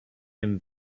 him